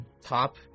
top